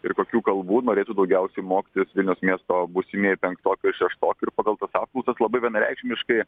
ir kokių kalbų norėtų daugiausiai mokytis vilniaus miesto būsimieji penktokai ir šeštokai ir pagal tas apklausas labai vienareikšmiškai